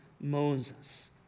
Moses